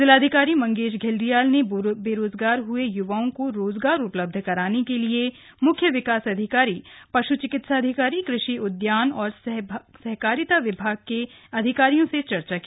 जिलाधिकारी मंगेश घिल्डियाल ने बेरोजगार हुए युवाओ को रोजगार उपलब्ध कराने के लिए मुख्य विकास अधिकारी पशु चिकित्साधिकारी कृषि उद्यान और सहकारिता विभाग के अधिकारियों से चर्चा की